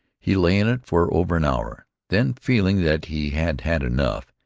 he lay in it for over an hour then, feeling that he had had enough,